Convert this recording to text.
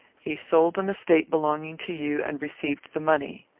he sold an estate belonging to you, and received the money.